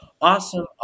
awesome